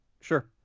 Sure